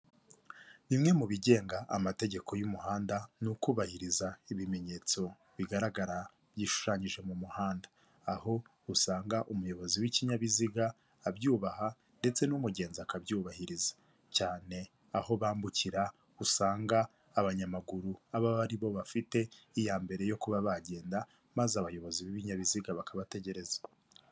Bimwe mu bigenga amategeko y'umuhanda, ni ukubahiriza ibimenyetso bigaragara byishushanyije mu muhanda. Aho usanga umuyobozi w'ikinyabiziga abyubaha ndetse n'umugenzi akabyubahiriza; cyane aho bambukira usanga abanyamaguru, aba aribo bafite iya mbere yo kuba bagenda maze abayobozi b'ibinyabiziga bakabategereza.